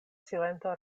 silento